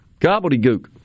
gobbledygook